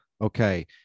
Okay